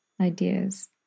ideas